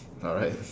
alright